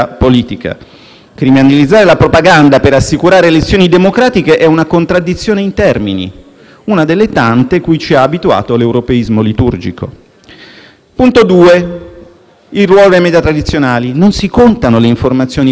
una delle tante cui ci ha abituato l'europeismo liturgico. Quanto al ruolo dei *media* tradizionali non si contano le informazioni fattualmente false propalate dai *media* tradizionali, cioè giornali e televisioni. Faccio tre esempi: